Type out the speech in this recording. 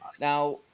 Now